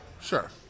Sure